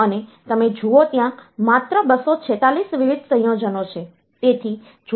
અને તમે જુઓ ત્યાં માત્ર 246 વિવિધ સંયોજનો છે